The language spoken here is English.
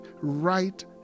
right